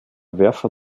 werfer